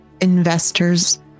investors